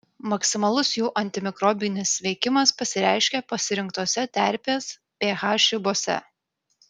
maksimalus jų antimikrobinis veikimas pasireiškia pasirinktose terpės ph ribose